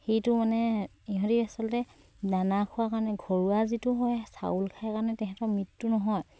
সেইটো মানে ইহঁতি আচলতে দানা খোৱাৰ কাৰণে ঘৰুৱা যিটো হয় চাউল খায় কাৰণে তেহেঁতৰ মৃত্যু নহয়